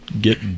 get